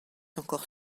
encore